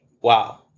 wow